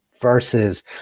versus